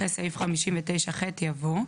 אחרי סעיף 59ח יבוא: